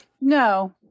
no